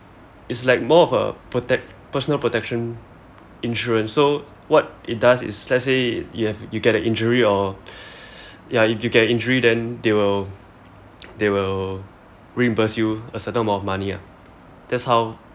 it's like more of a protect personal protection insurance so what it does is let's say you have you get a injury or ya if you get an injury then they will they will reimburse you a certain amount of money lah that's how